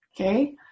Okay